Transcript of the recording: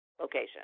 location